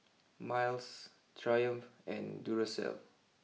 miles Triumph and Duracell